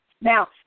Now